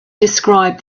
described